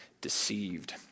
deceived